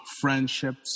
friendships